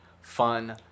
fun